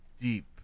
deep